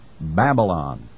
Babylon